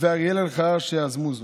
ואריאל אלחרר, שיזמו זאת.